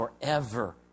forever